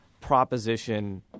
Proposition